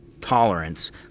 tolerance